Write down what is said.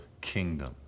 kingdom